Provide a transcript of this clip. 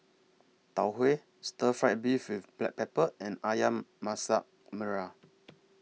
Tau Huay Stir Fried Beef with Black Pepper and Ayam Masak Merah